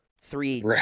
three